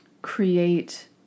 create